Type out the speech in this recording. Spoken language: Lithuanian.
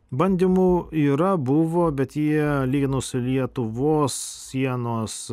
bandymų yra buvo bet jie lyginu su lietuvos sienos